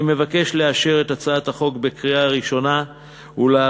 אני מבקש לאשר את הצעת החוק בקריאה ראשונה ולהעבירה